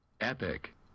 epic